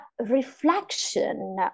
reflection